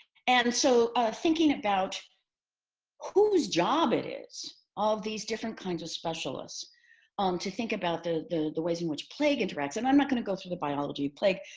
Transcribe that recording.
and so thinking about whose job it is, all of these different kinds of specialists um to think about the the ways in which plague interacts, and i'm not going to go through the biology plague.